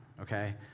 okay